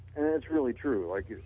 and it's really true, like,